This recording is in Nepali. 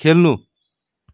खेल्नु